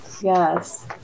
yes